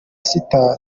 sita